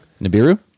Nibiru